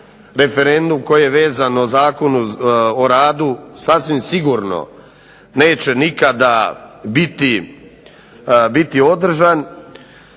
referendum koji je vezan uz Zakon o radu sasvim sigurno neće nikada biti održan,